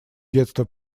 детство